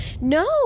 no